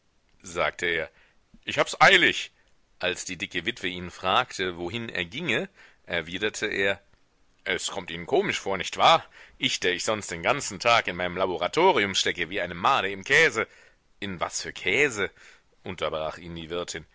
sagte er ich habs eilig als die dicke witwe ihn fragte wohin er ginge erwiderte er es kommt ihnen komisch vor nicht wahr ich der ich sonst den ganzen tag in meinem laboratorium stecke wie eine made im käse in was für käse unterbrach ihn die wirtin